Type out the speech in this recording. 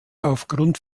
aufgrund